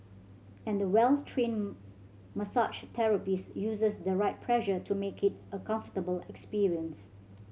and the well trained massage therapist uses the right pressure to make it a comfortable experience